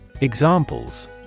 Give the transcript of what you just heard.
Examples